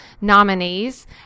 nominees